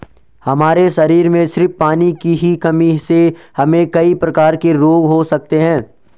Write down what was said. हमारे शरीर में सिर्फ पानी की ही कमी से हमे कई प्रकार के रोग हो सकते है